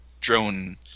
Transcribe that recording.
drone